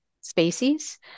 species